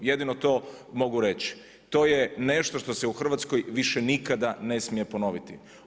Jedino to mogu reći, to je nešto što se u Hrvatskoj više nikada ne smije ponoviti.